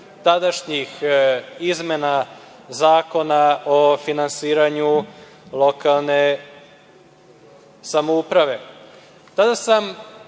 tadašnjih izmena Zakona o finansiranju lokalne samouprave. Tada sam